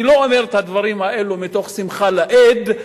אני לא אומר את הדברים האלה מתוך שמחה לאיד,